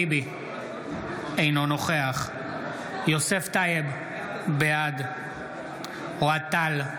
אינו נוכח יוסף טייב, בעד אוהד טל,